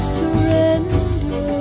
surrender